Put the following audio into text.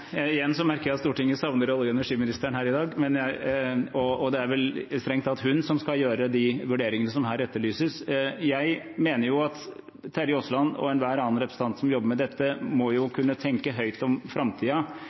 Igjen merker jeg at Stortinget savner olje- og energiministeren her i dag. Det er vel strengt tatt hun som skal gjøre de vurderingene som her etterlyses. Jeg mener at Terje Aasland og enhver annen representant som jobber med dette, må kunne tenke høyt om